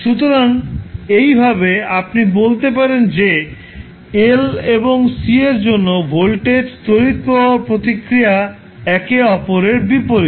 সুতরাং এইভাবে আপনি বলতে পারেন যে L এবং C এর জন্য ভোল্টেজ তড়িৎ প্রবাহ প্রতিক্রিয়া একে অপরের বিপরীত